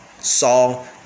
Saul